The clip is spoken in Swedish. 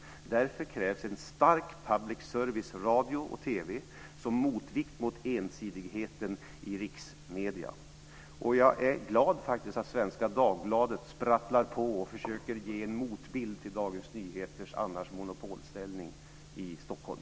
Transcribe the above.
Därför krävs en stark public service, radio och TV, som motvikt mot ensidigheten i riksmedierna. Jag är faktiskt glad att Svenska Dagbladet sprattlar på och försöker ge en motbild till Dagens Nyheter, som annars skulle ha en monopolställning i Stockholm.